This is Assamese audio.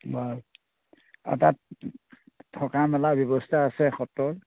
বাৰু আৰু তাত থকা মেলা ব্যৱস্থা আছে সত্ৰত